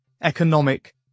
economic